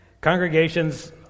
congregations